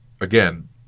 again